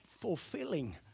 fulfilling